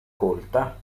colta